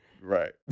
Right